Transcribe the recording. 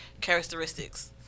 characteristics